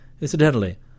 Incidentally